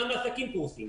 גם העסקים סובלים.